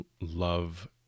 love